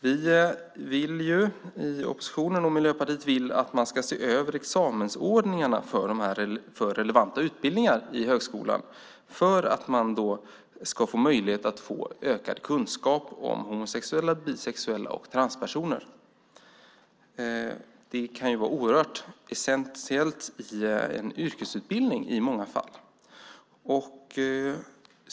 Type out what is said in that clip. Vi vill, i oppositionen och i Miljöpartiet, att man ska se över examensordningarna för relevanta utbildningar i högskolan för att man ska få möjlighet att få ökad kunskap om homosexuella, bisexuella och transpersoner. Det kan i många fall vara oerhört essentiellt i en yrkesutbildning.